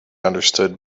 understood